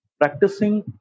practicing